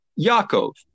Yaakov